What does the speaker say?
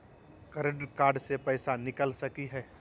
Credit card से पैसा निकल सकी हय?